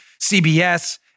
CBS